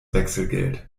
wechselgeld